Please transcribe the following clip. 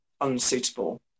unsuitable